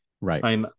right